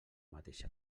mateixa